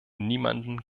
niemanden